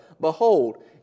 behold